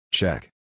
Check